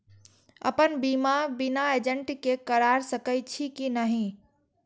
अपन बीमा बिना एजेंट के करार सकेछी कि नहिं?